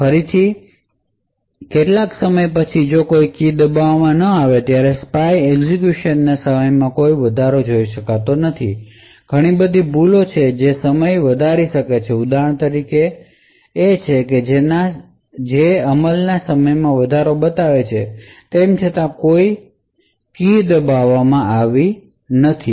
ફરીથી કેટલાક સમય પછી જ્યારે કોઈ કી દબાવવામાં ન આવે ત્યારે સ્પાય એક્ઝેક્યુશનના સમયમાં કોઈ વધારો જોઇ શકતો નથી ઘણી બધી ભૂલો છે જે સમય વધારી શકે છે ઉદાહરણ તરીકે છે જે અમલના સમયમાં વધારો બતાવે છે તેમ છતાં કોઈ કી દબાવવામાં આવી નથી